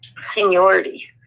seniority